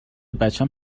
بچم